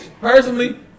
personally